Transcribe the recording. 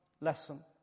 lesson